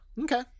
Okay